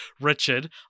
Richard